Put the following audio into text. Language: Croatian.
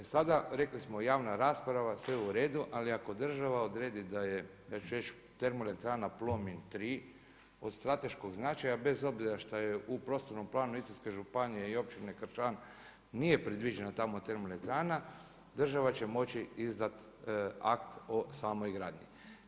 E sada rekli smo, javna rasprava, sve u redu, ali ako država odredi da je, ja ću reći termoelektrana Plomin 3 od strateškog značaja, bez obzira šta je u prostornom planu Istarske županije i Općina Kršan nije predviđena tamo termoelektrana, država će moći izdati akt o samoj gradnji.